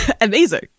Amazing! –